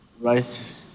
Right